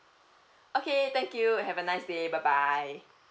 okay thank you have a nice day bye bye